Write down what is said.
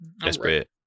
desperate